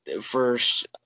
First